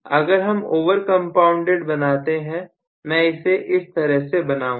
अगर हम over compounded बनाते हैं मैं इसे इस तरह से बनाऊंगा